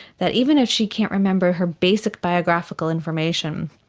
that even if she can't remember her basic biographical information,